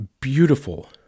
beautiful